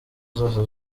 zose